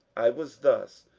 i was thus,